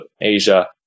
Asia